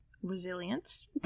Resilience